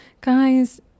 guys